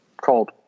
Cold